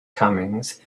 comings